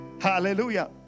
Hallelujah